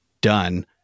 done